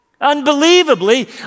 Unbelievably